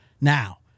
Now